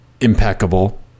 impeccable